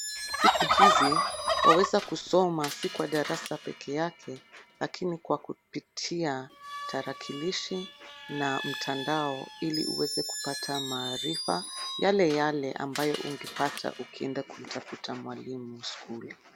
Siku hizi unaweza kusoma, si kwa darasa peke yake, lakini kwa kupitia tarakilishi na mtandao, ili uweze kupata maarifa yale yale, ambayo ungepata ukienda kumtafuta mwalimu skuli .